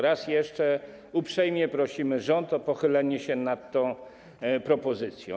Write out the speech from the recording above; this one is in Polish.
Raz jeszcze uprzejmie prosimy rząd o pochylenie się nad tą propozycją.